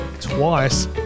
twice